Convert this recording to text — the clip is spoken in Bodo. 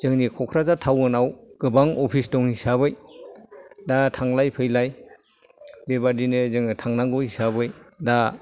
जोंनि क'क्राझार थाउनआव गोबां अफिस दं हिसाबै दा थांलाय फैलाय बेबायदिनो जोङो थांनांगौ हिसाबै दा